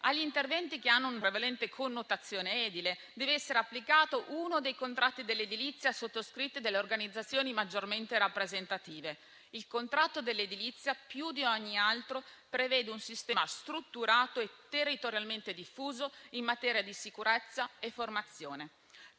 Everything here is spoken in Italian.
agli interventi che hanno una prevalente connotazione edile deve essere applicato uno dei contratti dell'edilizia sottoscritti dalle organizzazioni maggiormente rappresentative. Il contratto dell'edilizia più di ogni altro prevede un sistema strutturato e territorialmente diffuso in materia di sicurezza e formazione;